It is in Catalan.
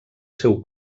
seu